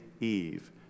Eve